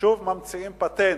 שוב ממציאים פטנט,